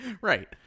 Right